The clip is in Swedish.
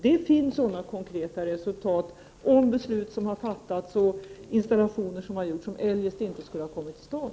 Det finns sådana konkreta resultat av beslut som fattats och installationer som gjorts, resultat som eljest inte skulle ha kommit till stånd.